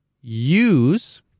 use